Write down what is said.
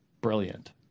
Brilliant